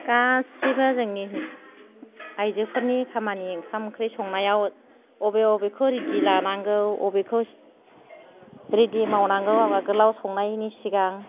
गासैबो जोंनि आइजोफोरनि खामानि ओंखाम ओख्रि संनायाव अबे अबेखौ रिदि लानांगौ अबे अबेखौ रिदि मावनांगौ आगोलाव संनायनि सिगां